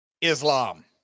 Islam